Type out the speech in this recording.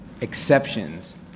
exceptions